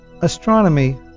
astronomy